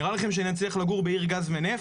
נראה לכם שאני אצליח לגור בעיר גז ונפט?